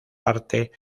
parte